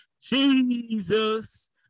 Jesus